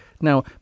Now